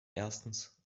erstens